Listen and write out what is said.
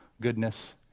goodness